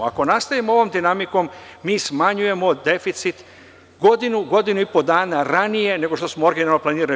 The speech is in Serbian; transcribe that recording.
Ako nastavimo ovom dinamikom, mi smanjujemo deficit godinu, godinu i po dana ranije nego što smo originalno planirali.